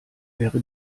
wäre